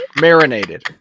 Marinated